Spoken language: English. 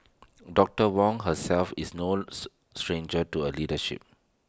doctor Wong herself is knows stranger to A leadership